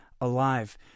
alive